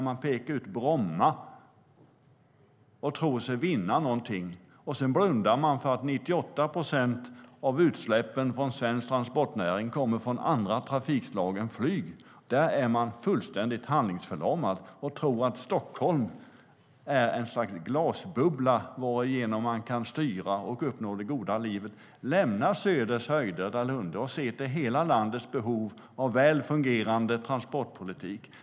Man pekar ut Bromma flygplats och tror sig vinna någonting, men man blundar för att 98 procent av utsläppen från svensk transportnäring kommer från andra trafikslag än flyget. Där är man fullständigt handlingsförlamad. Man tror att Stockholm är en sorts glasbubbla varigenom man kan styra och uppnå det goda livet. Lämna Söders höjder, Dalunde, och se till hela landets behov av väl fungerande transportpolitik!